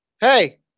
hey